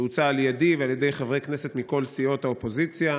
שהוצעה על ידיי ועל ידי חברי כנסת מכל סיעות האופוזיציה,